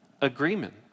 agreement